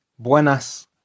Buenas